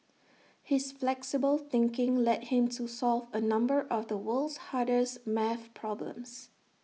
his flexible thinking led him to solve A number of the world's hardest math problems